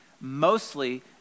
Mostly